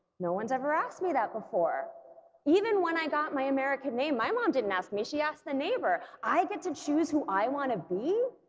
no one's ever asked me that before even when i got my american name my mom didn't ask me she asked the neighbor i get to choose who i want to be?